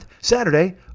Saturday